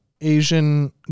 Asian